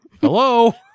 Hello